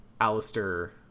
Alistair